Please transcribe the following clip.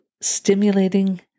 stimulating